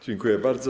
Dziękuję bardzo.